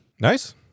Nice